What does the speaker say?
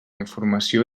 informació